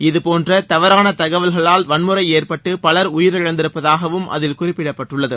இதபோன்ற தவறான தகவல்களால் வன்முறை ஏற்பட்டு பலர் உயிரிழந்திருப்பதாகவும் அதில் குறிப்பிடப்பட்டுள்ளது